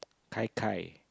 kai kai